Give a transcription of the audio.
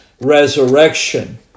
resurrection